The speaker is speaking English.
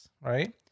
right